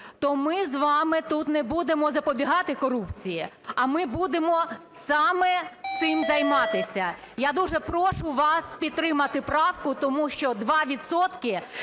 то ми з вами тут не будемо запобігати корупції, а ми будемо саме цим займатися". Я дуже прошу вас підтримати правку, тому що 2